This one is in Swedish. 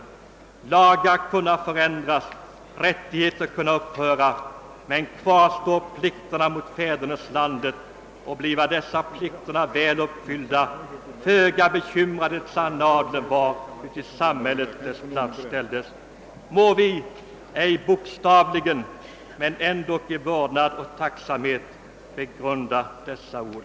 Lagar kunna förändras, rättigheter kunna upphöra, men qvar står pligterna mot fäderneslandet, och, blifva dessa pligter väl uppfyllda, föga bekymrar det den sanna Adeln hvar, uti samhället, dess plats ställdes.» Må vi icke bokstavligen, men ändock i vördnad och tacksamhet begrunda dessa ord!